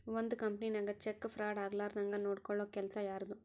ಒಂದ್ ಕಂಪನಿನ್ಯಾಗ check fraud ಆಗ್ಲಾರ್ದಂಗ್ ನೊಡ್ಕೊಲ್ಲೊ ಕೆಲಸಾ ಯಾರ್ದು?